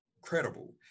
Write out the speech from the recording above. credible